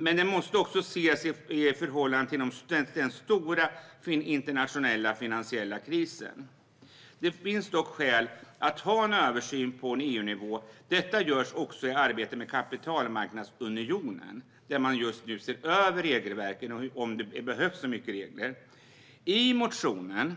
Men det här måste också ses i förhållande till den stora internationella finansiella krisen. Det finns dock skäl att ha en översyn på EU-nivå. Detta görs också i arbetet med kapitalmarknadsunionen där man just nu ser över regelverken för att ta reda på om det behövs så mycket regler. När det gäller motionen